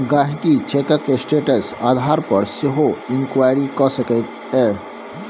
गांहिकी चैकक स्टेटस आधार पर सेहो इंक्वायरी कए सकैए